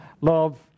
love